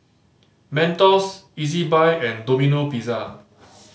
Mentos Ezbuy and Domino Pizza